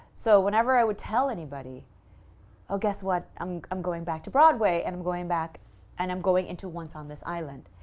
so, whenever i would tell anybody ah guess what um i'm back to broadway, and i'm going back and i'm going into once on this island.